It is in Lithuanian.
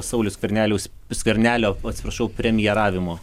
sauliaus skverneliaus skvernelio atsiprašau premjeravimo